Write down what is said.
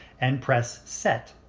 and press set.